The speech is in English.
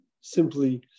simply